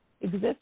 exist